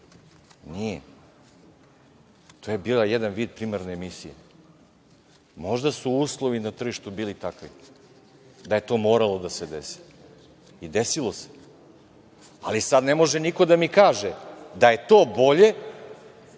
Nije. To je bio jedan vid primarne emisije. Možda su uslovi na tržištu bili takvi da je to moralo da se desi i desilo se, ali sad ne može niko da mi kaže da je to bolje